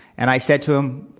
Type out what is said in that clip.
and i said to him,